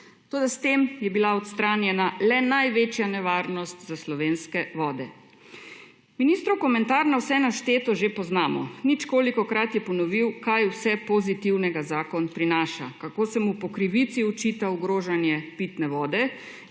Toda s tem je bila odstranjena le največja nevarnost za slovenske vode. Ministrov komentar na vse našteto že poznamo. Ničkolikokrat je ponovil, kaj vse pozitivnega zakon prinaša, kako se mu po krivici očita ogrožanje pitne vode